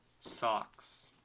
Socks